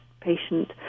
patient